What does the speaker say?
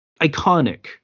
iconic